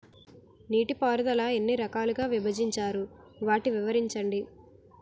నీటిపారుదల ఎన్ని రకాలుగా విభజించారు? వాటి వివరించండి?